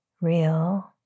real